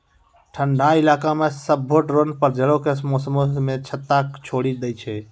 ठंडा इलाका मे सभ्भे ड्रोन पतझड़ो के मौसमो मे छत्ता छोड़ि दै छै